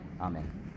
Amen